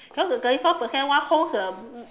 you know the thirty four percent one holds a